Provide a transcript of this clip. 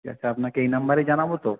ঠিক আছে আপনাকে এই নাম্বারেই জানাবো তো